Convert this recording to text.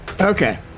Okay